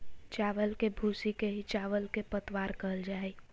चावल के भूसी के ही चावल के पतवार कहल जा हई